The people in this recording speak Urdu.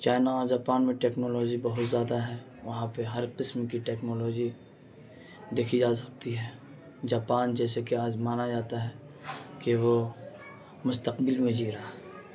چائنا اور جاپان میں ٹیکنالوجی بہت زیادہ ہے وہاں پہ ہر قسم کی ٹیکنالوجی دیکھی جا سکتی ہے جاپان جیسے کہ آج مانا جاتا ہے کہ وہ مستقبل میں جی رہا